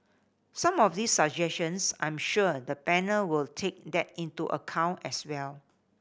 some of these suggestions I'm sure the panel will take that into account as well